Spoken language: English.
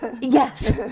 Yes